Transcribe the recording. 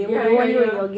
ya ya ya